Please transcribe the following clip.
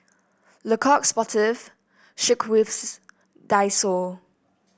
Le Coq Sportif Schweppes Daiso